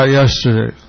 yesterday